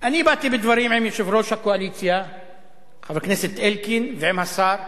אני באתי בדברים עם יושב-ראש הקואליציה חבר הכנסת אלקין ועם השר.